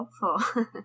helpful